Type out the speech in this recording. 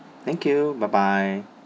thank you bye bye